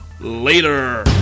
later